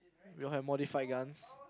you all have modified guns